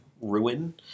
ruin